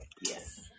Yes